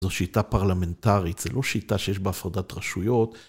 זו שיטה פרלמנטרית, זה לא שיטה שיש בה הפרדת רשויות.